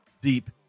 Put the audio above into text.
deep